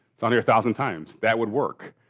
it's on there a thousand times. that would work.